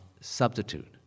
substitute